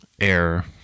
air